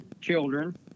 children